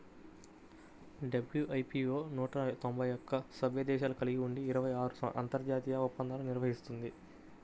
WIPO నూట తొంభై ఒక్క సభ్య దేశాలను కలిగి ఉండి ఇరవై ఆరు అంతర్జాతీయ ఒప్పందాలను నిర్వహిస్తుంది